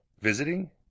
Visiting